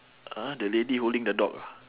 ah the lady holding the dog ah